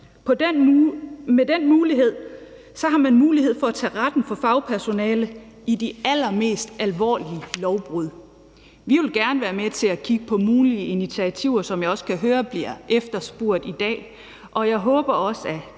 Med det har man mulighed for at tage retten fra fagpersonale ved de allermest alvorlige lovbrud. Vi vil gerne være med til at kigge på mulige initiativer, som jeg også kan høre bliver efterspurgt i dag, og jeg håber også, at